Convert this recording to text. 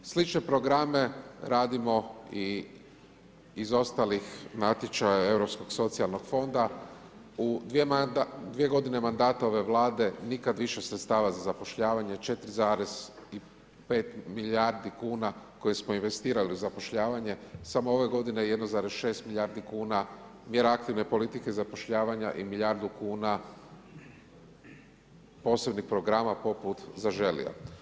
Slične programe radimo i iz ostalih natječaja Europskog socijalnog fonda u dvije godine mandata ove Vlada, nikad više sredstava za zapošljavanje, 4,5 milijardi kuna koje smo investirali u zapošljavanje, samo ove godine 1,6 milijardi kuna, mjera aktivne politike zapošljavanja i milijardu kuna posebnih programa poput zaželi.